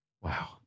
Wow